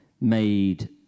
made